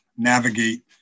Navigate